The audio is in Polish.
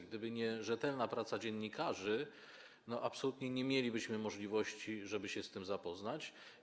Gdyby nie rzetelna praca dziennikarzy, absolutnie nie mielibyśmy możliwości, żeby się z tym zapoznać.